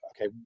okay